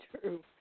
true